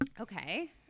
okay